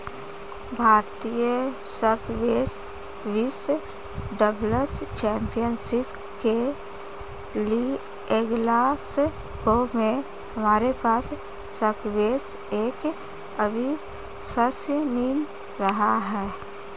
भारतीय स्क्वैश विश्व doubles championship के लिएग्लासगो में हमारे पास स्क्वैश एक अविश्वसनीय रहा है